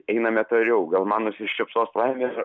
einame toliau gal man nusišypsos laimė